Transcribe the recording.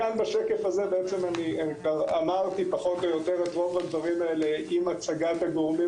גם בשקף הזה אמרתי את רוב הדברים האלה עם הצגת הגורמים